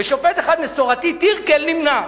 ושופט אחד מסורתי, טירקל, נמנע.